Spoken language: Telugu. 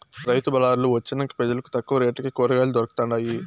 రైతు బళార్లు వొచ్చినంక పెజలకు తక్కువ రేట్లకే కూరకాయలు దొరకతండాయి